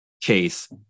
case